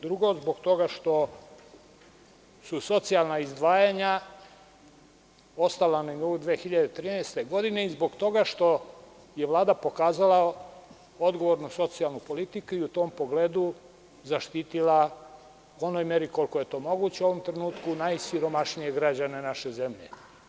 Drugo, zbog toga što su socijalna izdvajanja ostala na nivou 2013. godine i zbog toga što je Vlada pokazala odgovornu socijalnu politiku i u tom pogledu zaštitila, u onoj meri koliko je to moguće u ovom trenutku, najsiromašnije građane naše zemlje.